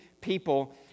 people